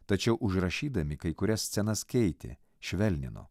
tačiau užrašydami kai kurias scenas keitė švelnino